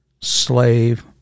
slave